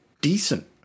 decent